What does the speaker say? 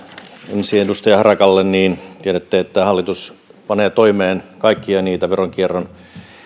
ensin edustaja harakalle tiedätte että hallitus panee toimeen kaikkia niitä veronkierron